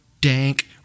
dank